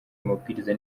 amabwiriza